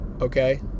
okay